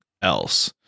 Else